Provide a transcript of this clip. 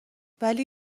ولی